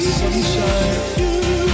sunshine